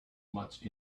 much